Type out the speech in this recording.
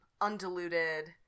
undiluted